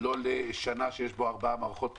לא קשור לשנה שיש בה ארבע מערכות בחירות,